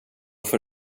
får